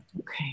Okay